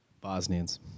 Bosnians